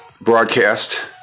broadcast